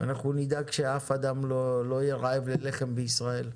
ואנחנו נדאג ששום אדם לא יהיה רעב ללחם בישראל.